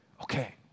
okay